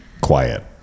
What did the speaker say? quiet